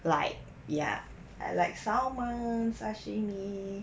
like ya I like salmon sashimi